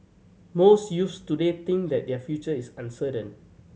most youths today think that their future is uncertain